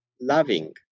loving